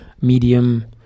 Medium